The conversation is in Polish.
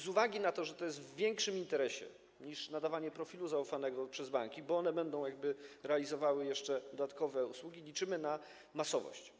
Z uwagi na to, że to jest bardziej w interesie niż nadawanie profilu zaufanego przez banki, bo one będą realizowały jeszcze dodatkowe usługi, liczymy na masowość.